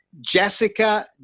Jessica